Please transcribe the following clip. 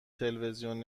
تلویزیون